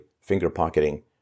finger-pocketing